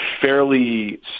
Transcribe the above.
fairly